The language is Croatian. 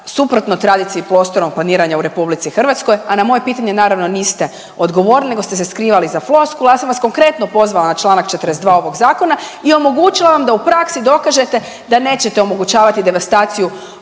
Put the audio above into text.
Suprotno tradiciji prostornog planiranja u Republici Hrvatskoj, a na moje pitanje naravno niste odgovorili, nego ste se skrivali iza floskula. Ja sam vas konkretno pozvala na članak 42. ovog Zakona i omogućila vam da u praksi dokažete da nećete omogućavati devastaciju